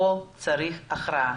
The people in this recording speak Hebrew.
פה צריך הכרעה.